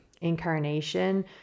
incarnation